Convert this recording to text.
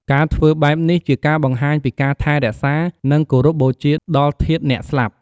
ការធ្វើបែបនេះ ជាការបង្ហាញពីការថែរក្សា និងគោរពបូជាដល់ធាតុអ្នកស្លាប់។